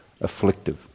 afflictive